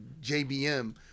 JBM